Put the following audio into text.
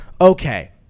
okay